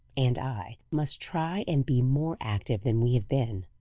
and i, must try and be more active than we have been.